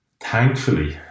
thankfully